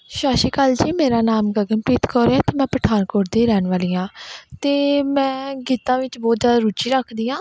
ਸਤਿ ਸ਼੍ਰੀ ਅਕਾਲ ਜੀ ਮੇਰਾ ਨਾਮ ਗਗਨਪ੍ਰੀਤ ਕੌਰ ਹੈ ਅਤੇ ਮੈਂ ਪਠਾਨਕੋਟ ਦੀ ਰਹਿਣ ਵਾਲੀ ਹਾਂ ਅਤੇ ਮੈਂ ਗੀਤਾਂ ਵਿੱਚ ਬਹੁਤ ਜ਼ਿਆਦਾ ਰੁਚੀ ਰੱਖਦੀ ਹਾਂ